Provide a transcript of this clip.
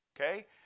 Okay